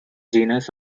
genus